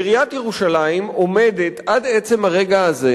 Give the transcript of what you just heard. ועיריית ירושלים עומדת עד עצם הרגע הזה